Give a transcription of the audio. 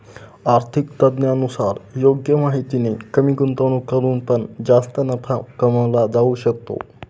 आर्थिक तज्ञांनुसार योग्य माहितीने कमी गुंतवणूक करून पण जास्त नफा कमवला जाऊ शकतो